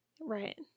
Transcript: Right